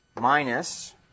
Minus